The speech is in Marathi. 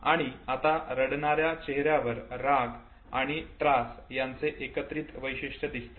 आणि आता रडणाऱ्या चेहऱ्यावर राग आणि त्रास यांचे एकत्रित वैशिष्ट्य दिसते